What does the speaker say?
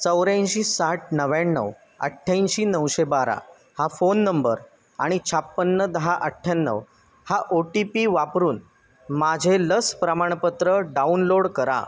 चौऱ्याऐंशी साठ नव्याण्णव अठ्ठ्याऐंशी नऊशे बारा हा फोन नंबर आणि छप्पन्न दहा अठ्ठ्याण्णव हा ओ टी पी वापरून माझे लस प्रमाणपत्र डाउनलोड करा